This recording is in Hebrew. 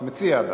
המציע.